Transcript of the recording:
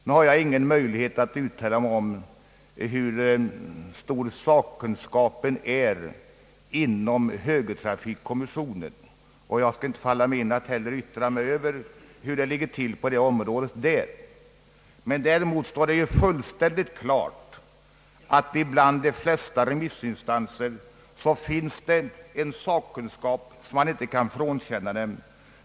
Nu har jag ingen möjlighet att uitala mig om hur stor sakkunskapen är inom högertrafikkommissionen — och det skulle inte heller falla mig in att yttra mig om hur det kan ligga till på det området där. Däremot står det fullt klart att det inom de flesta remissinstanserna finns en sakkunskap som man inte kan frånkänna dem.